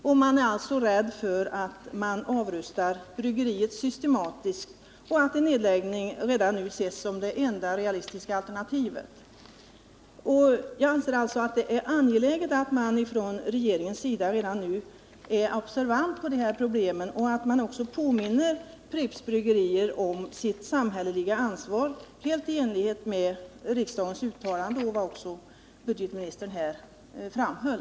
De anställda befarar därför att man avrustar bryggeriet systematiskt och att en nedläggning redan nu ses som det enda realistiska alternativet. Jag anser alltså att det är angeläget att regeringen redan nu uppmärksammar de här problemen och att regeringen också påminner Pripps Bryggerier om deras samhälleliga ansvar — helt i enlighet med vad riksdagen har uttalat och vad budgetoch ekonomiministern nyss framhöll.